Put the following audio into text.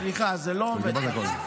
סליחה, זה לא עובד ככה.